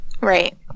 Right